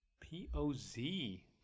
P-O-Z